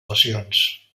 lesions